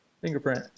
fingerprint